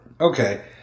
Okay